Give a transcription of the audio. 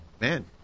man